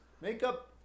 Makeup